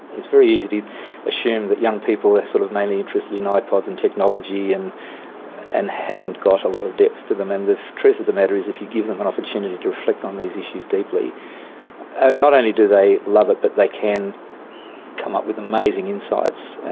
it's very easy to assume that young people are sort of mainly interested in ipods and technology and and haven't got a lot of depth to them, and the truth of the matter is, if you give them an opportunity to reflect on these issues deeply, and not only do they love it, but they can come up with amazing insights.